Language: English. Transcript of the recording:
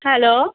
hello